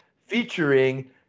featuring